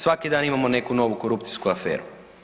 Svaki dan imamo neku novu korupcijsku aferu.